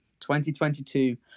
2022